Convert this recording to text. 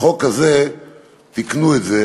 בחוק הזה תיקנו את זה